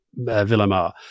Villamar